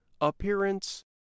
appearance